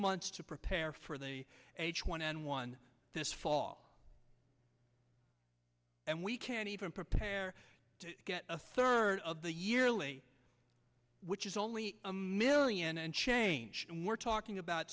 months to prepare for the h one n one this fall and we can even prepare to get a third of the yearly which is only a million and change and we're talking about